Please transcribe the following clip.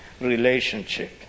relationship